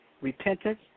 repentance